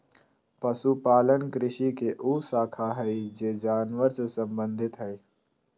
पशुपालन कृषि के उ शाखा हइ जे जानवर से संबंधित हइ